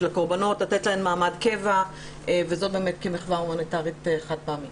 של הקורבנות ולתת להן מענק קבע כמחווה הומניטרית חד פעמית.